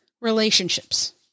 relationships